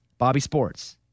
BOBBYSPORTS